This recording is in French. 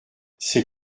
c’est